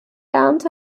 ernte